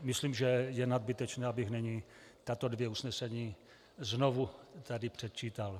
Myslím, že je nadbytečné, abych tato dvě usnesení znovu tady předčítal.